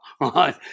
right